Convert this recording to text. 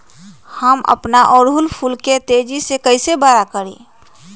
हम अपना ओरहूल फूल के तेजी से कई से बड़ा करी?